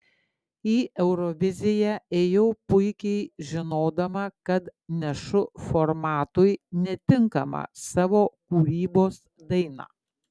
į euroviziją ėjau puikiai žinodama kad nešu formatui netinkamą savo kūrybos dainą